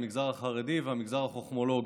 המגזר החרדי והמגזר החכמולוגי.